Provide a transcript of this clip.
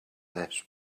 this